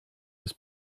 his